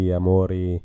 amori